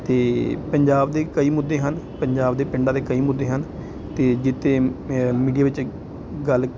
ਅਤੇ ਪੰਜਾਬ ਦੇ ਕਈ ਮੁੱਦੇ ਹਨ ਪੰਜਾਬ ਦੇ ਪਿੰਡਾਂ ਦੇ ਕਈ ਮੁੱਦੇ ਹਨ ਅਤੇ ਜਿੱਥੇ ਮੀਡੀਆ ਵਿੱਚ ਗੱਲ